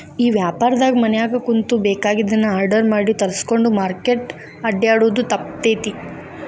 ಈ ವ್ಯಾಪಾರ್ದಾಗ ಮನ್ಯಾಗ ಕುಂತು ಬೆಕಾಗಿದ್ದನ್ನ ಆರ್ಡರ್ ಮಾಡಿ ತರ್ಸ್ಕೊಂಡ್ರ್ ಮಾರ್ಕೆಟ್ ಅಡ್ಡ್ಯಾಡೊದು ತಪ್ತೇತಿ